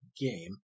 game